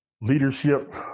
leadership